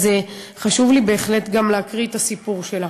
אז חשוב לי בהחלט להקריא את הסיפור שלה,